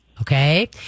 Okay